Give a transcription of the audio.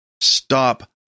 stop